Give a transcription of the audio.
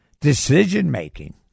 decision-making